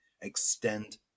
extend